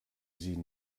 sie